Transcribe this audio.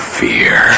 fear